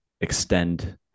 extend